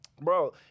Bro